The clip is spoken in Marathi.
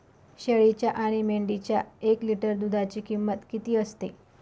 शेळीच्या आणि मेंढीच्या एक लिटर दूधाची किंमत किती असते?